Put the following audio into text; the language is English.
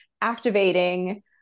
activating